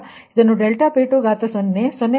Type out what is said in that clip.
ಆದ್ದರಿಂದ ಇದನ್ನು∆P2 0